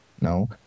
no